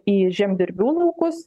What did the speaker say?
į žemdirbių laukus